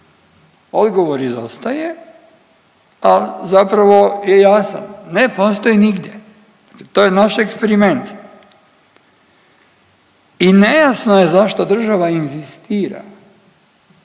odgovor izostaje, a zapravo je jasan. Ne postoji nigdje. To je naš eksperiment. I nejasno je zašto država inzistira